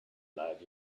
lad